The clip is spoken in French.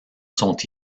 sont